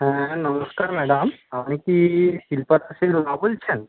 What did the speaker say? হ্যাঁ নমস্কার ম্যাডাম আপনি কি শিল্পাশ্রীর মা বলছেন